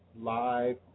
live